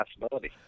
possibility